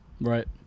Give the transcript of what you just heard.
right